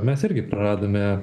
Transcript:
mes irgi praradome